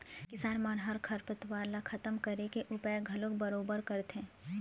किसान मन ह खरपतवार ल खतम करे के उपाय घलोक बरोबर करथे